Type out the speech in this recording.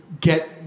get